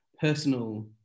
personal